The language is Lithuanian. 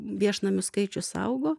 viešnamių skaičius augo